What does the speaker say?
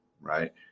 right